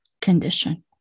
condition